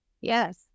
Yes